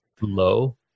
low